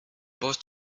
bost